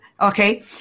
okay